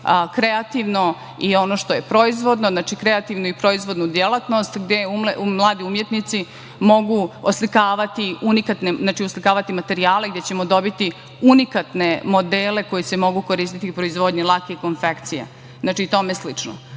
kreativno i ono što je proizvodno, znači, kreativnu i proizvodnu delatnost gde mladi umetnici mogu oslikavati materijale, gde ćemo dobiti unikatne modele koji se mogu koristiti u proizvodnji lake konfekcije i tome slično. Što